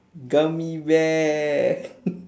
gummy bear